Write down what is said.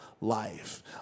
life